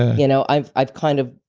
you know, i've i've kind of.